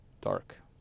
Dark